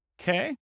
Okay